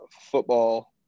football